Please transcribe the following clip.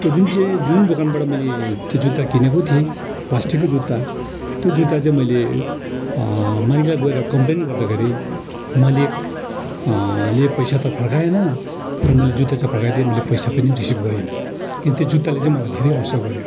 त्यो जुन चाहिँ जुन दोकानबाट मैले त्यो जुत्ता किनेको थिएँ प्लास्टिकको जुत्ता त्यो जुत्ता चाहिँ मैले मालिकलाई गएर कमप्लेन गर्दाखेरि मालिक ले पैसा त फर्काएन तर मैले जुत्ता चाहिँ फर्काइदिए मैले पैसा पनि रिसिभ गरिनँ किन त्यो जुत्ताले चाहिँ मलाई धेरै असर गऱ्यो